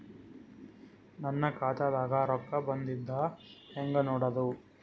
ನನ್ನ ಖಾತಾದಾಗ ರೊಕ್ಕ ಬಂದಿದ್ದ ಹೆಂಗ್ ನೋಡದು?